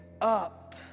up